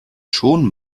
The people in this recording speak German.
schon